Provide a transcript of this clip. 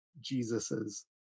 Jesus's